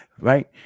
Right